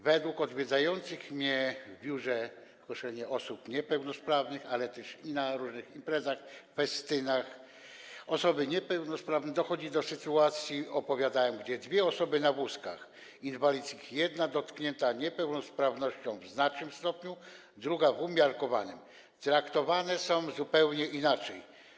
Według odwiedzających mnie w biurze poselskim osób niepełnosprawnych, ale też i na różnych imprezach, festynach z osobami niepełnosprawnymi, dochodzi do sytuacji, jak opowiadałem, że dwie osoby na wózkach inwalidzkich, jedna dotknięta niepełnosprawnością w znacznym stopniu, druga - w umiarkowanym, traktowane są zupełnie inaczej.